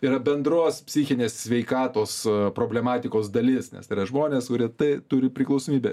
yra bendros psichinės sveikatos problematikos dalis nes tai yra žmonės kurie tai turi priklausomybę